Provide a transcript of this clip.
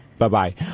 Bye-bye